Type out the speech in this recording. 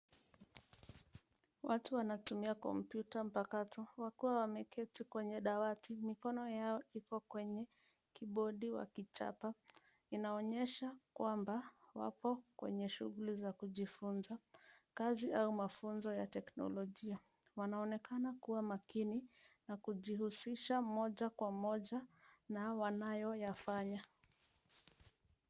Watu wanatumia kompyuta mpakato wakiwa wameketi kwenye dawati. Mikono yao iko kwenye kibodi wakichapa. Inaonyesha kwamba wako kwenye shughuli za kujifunza kazi au mafunzo ya teknolojia. Wanaonekana kuwa makini na kujihusisha moja kwa moja na wanayoyafanya.